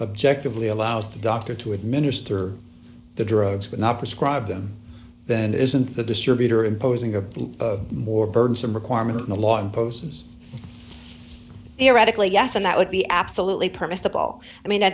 objective lee allows a doctor to administer the drugs but not prescribe them then isn't the distributor imposing a more burdensome requirement in the law imposes theoretically yes and that would be absolutely permissible i mean a